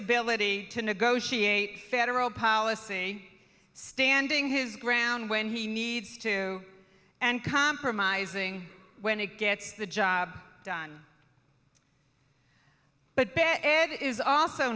ability to negotiate federal policy standing his ground when he needs to and compromising when it gets the job done but ed is also